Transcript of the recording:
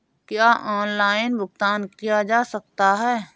क्या ऑनलाइन भुगतान किया जा सकता है?